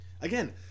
Again